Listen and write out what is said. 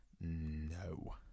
no